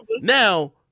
Now